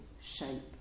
shape